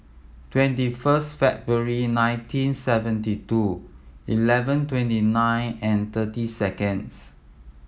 twenty first February nineteen seventy two eleven twenty nine and thirty seconds